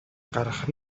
гарах